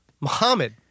Muhammad